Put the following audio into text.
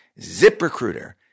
ZipRecruiter